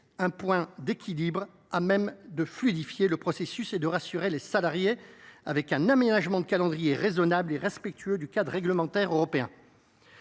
un point d’équilibre à même de fluidifier le processus et de rassurer les salariés, avec un aménagement du calendrier raisonnable et respectueux du cadre réglementaire européen.